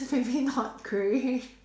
maybe not great